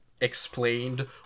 explained